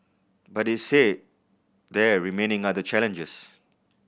but he said there remain other challenges